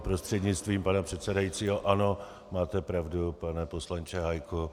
Prostřednictvím pana předsedajícího ano, máte pravdu, pane poslanče Hájku.